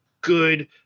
good